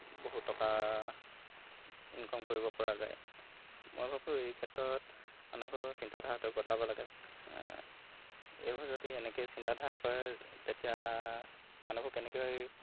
বহু টকা ইনকম কৰিব পৰা যায় মই ভাবোঁ এই ক্ষেত্ৰত মানুহবোৰ চিন্তাধাৰাটো বদলাব লাগে এইবোৰ যদি এনেকৈ চিন্তাধাৰা কৰে তেতিয়া মানুহবোৰ কেনেকৈ